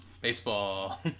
baseball